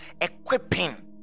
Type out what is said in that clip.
equipping